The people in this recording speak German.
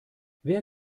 wer